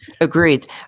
Agreed